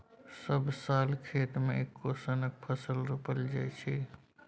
सब साल खेत मे एक्के सनक फसल रोपल जाइ छै